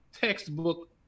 textbook